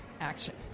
action